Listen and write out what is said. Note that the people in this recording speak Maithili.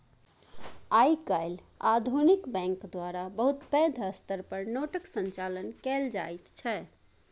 आइ काल्हि आधुनिक बैंक द्वारा बहुत पैघ स्तर पर नोटक संचालन कएल जाइत छै